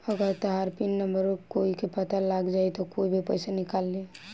अगर तहार pin number कोई के पता लाग गइल त कोई भी पइसा निकाल ली